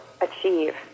achieve